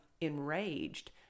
enraged